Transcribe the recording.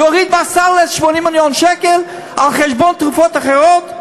להוריד מהסל 80 מיליון שקל על חשבון תרופות אחרות.